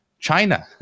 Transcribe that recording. China